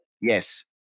Yes